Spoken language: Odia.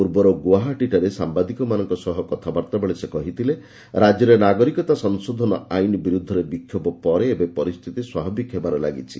ପୂର୍ବରୁ ଗୁଆହାଟୀଠାରେ ସାମ୍ଘାଦିକମାନଙ୍କ ସହ କଥାବାର୍ତ୍ତା ବେଳେ ସେ କହିଥିଲେ ରାଜ୍ୟରେ ନାଗରିକତା ସଂଶୋଧନ ଆଇନ୍ ବିରୁଦ୍ଧରେ ବିକ୍ଷୋଭ ପରେ ଏବେ ପରିସ୍ଥିତି ସ୍ୱାଭାବିକ ହେବାରେ ଲାଗିଛି